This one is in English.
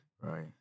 Right